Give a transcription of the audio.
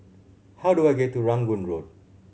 how do I get to Rangoon Road